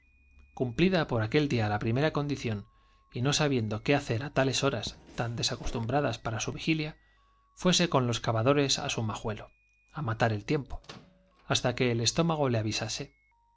cumplida por la condición y sabiendo qué hacer á tales primera no fuese horas tan desacostumbradas para su vigilia con los cavadores á su majuelo á matar el tiempo hasta que el estómago le avisase